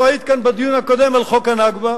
לא היית כאן בדיון הקודם על חוק ה"נכבה".